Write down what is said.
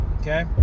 okay